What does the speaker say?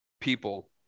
people